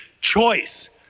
choice